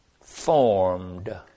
formed